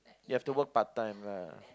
you have to work part-time lah